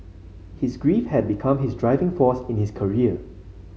his grief had become his driving force in his career